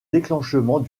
déclenchement